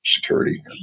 security